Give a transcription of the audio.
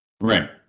Right